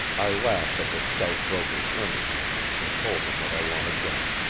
i laughed at the stout broker's earnestness, and told him what i wanted done.